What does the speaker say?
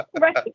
right